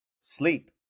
Sleep